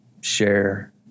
share